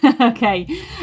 Okay